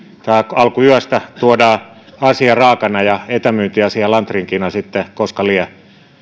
alkuyöstä tuodaan asia raakana ja etämyyntiasia lantrinkina sitten koska lie